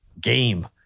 game